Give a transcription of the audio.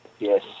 Yes